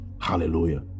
hallelujah